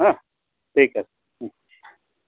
হা ঠিক আছে